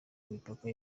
imipaka